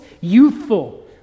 youthful